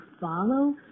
follow